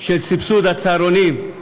סבסוד הצהרונים,